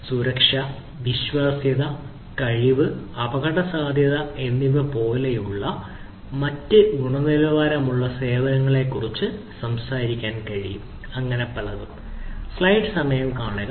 സുരക്ഷ വിശ്വാസ്യത കഴിവ് അപകടസാധ്യത എന്നിവപോലുള്ള മറ്റ് ഗുണനിലവാരമുള്ള സേവനങ്ങളെക്കുറിച്ച് സംസാരിക്കാൻ കഴിയും